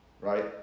Right